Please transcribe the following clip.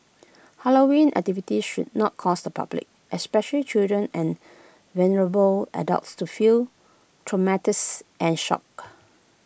Halloween activities should not cause the public especially children and vulnerable adults to feel traumatise and shock